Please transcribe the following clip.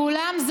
ואולם,